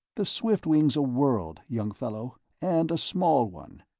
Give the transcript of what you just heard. the swiftwing s a world, young fellow, and a small one.